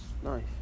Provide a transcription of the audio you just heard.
Nice